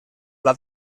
pla